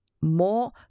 more